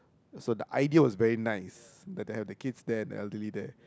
so the idea was very nice to have the kids there and elderly there